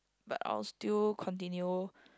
but I'll still continue